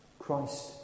Christ